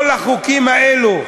כל החוקים האלה,